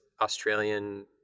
Australian